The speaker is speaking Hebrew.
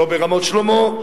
לא ברמת-שלמה,